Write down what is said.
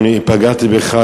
אם פגעתי בך,